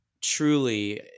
truly